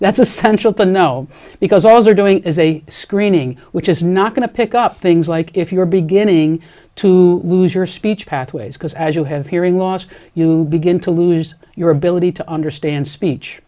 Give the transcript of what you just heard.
that's essential to know because all they're doing is a screening which is not going to pick up things like if you're beginning to lose your speech pathways because as you have hearing loss you begin to lose your ability to understand speech